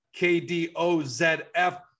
KDOZF